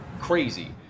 crazy